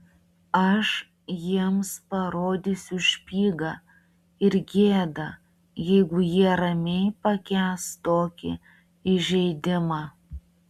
aš jiems parodysiu špygą ir gėda jeigu jie ramiai pakęs tokį įžeidimą